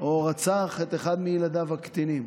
או רצח את אחד מילדיו הקטינים